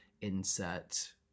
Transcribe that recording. insert